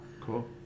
Cool